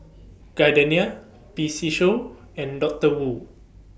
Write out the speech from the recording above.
Gardenia P C Show and Doctor Wu